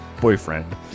Boyfriend